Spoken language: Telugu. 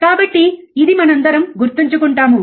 కాబట్టి ఇది మనందరం గుర్తుంచుకుంటాము